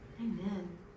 Amen